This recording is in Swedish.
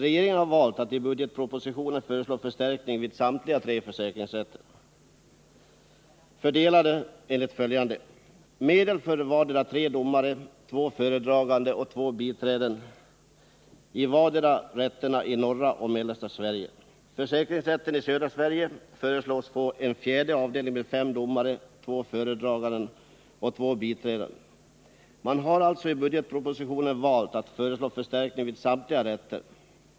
Regeringen har valt att i budgetpropositionen föreslå förstärkningar vid samtliga tre försäkringsrätter, fördelade enligt följande. Medel föreslås för tre domare, två föredragande och två biträden vardera i rätterna i norra och mellersta Sverige. Försäkringsrätten i södra Sverige föreslås få en fjärde avdelning med fem domare, två föredragande och två biträden. Man har alltså i budgetpropositionen valt att föreslå förstärkningar vid samtliga rätter.